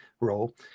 role